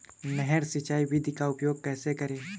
नहर सिंचाई विधि का उपयोग कैसे करें?